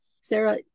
Sarah